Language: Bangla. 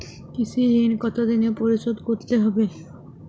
কৃষি ঋণ কতোদিনে পরিশোধ করতে হবে?